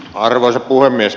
arvoisa puhemies